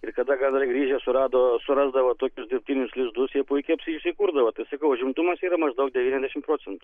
ir kada gandrai grįžę surado surasdavo tokius dirbtinius lizdus jie puikiai apsi įsikurdavo tai sakau užimtumas yra maždaug devyniasdešimt procentų